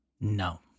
No